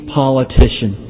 politician